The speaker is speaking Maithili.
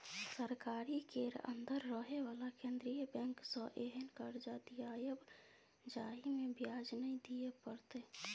सरकारी केर अंदर रहे बला केंद्रीय बैंक सँ एहेन कर्जा दियाएब जाहिमे ब्याज नै दिए परतै